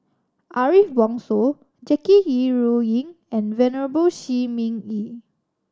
Ariff Bongso Jackie Yi Ru Ying and Venerable Shi Ming Yi